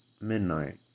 midnight